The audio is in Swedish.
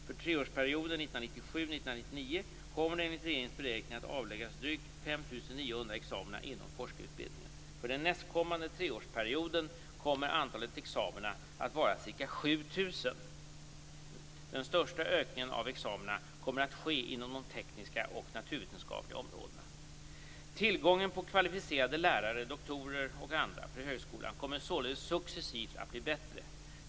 För treårsperioden 1997-1999 kommer det enligt regeringens beräkningar att avläggas drygt 5 900 nya examina inom forskarutbildningen. För den nästkommande treårsperioden kommer antalet examina att vara ca 7 000. Den största ökningen av examina kommer att ske inom de tekniska och naturvetenskapliga områdena. Tillgången på kvalificerade lärare - doktorer och andra - för högskolan kommer således successivt att bli bättre.